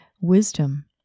wisdom